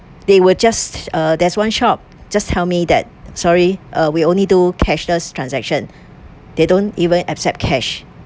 there were just uh there's one shop just tell me that sorry uh we only do cashless transaction they don't even accept cash